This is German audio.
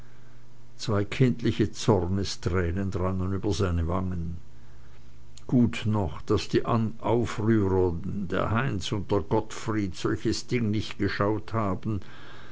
zwei kindliche zornestränen rannen über seine wangen gut noch daß die aufrührer der heinz und der gottfried solches ding nicht geschaut haben